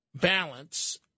balance